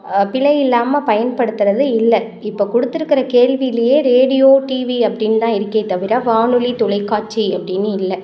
பிழை இல்லாமல் பயன்படுத்துவது இல்லை இப்போ கொடுத்துருக்குற கேள்வியிலியே ரேடியோ டிவி அப்படின்னு தான் இருக்கே தவிர வானொலி தொலைக்காட்சி அப்படின்னு இல்லை